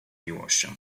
miłością